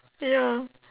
ya